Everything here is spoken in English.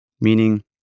Meaning